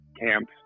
camps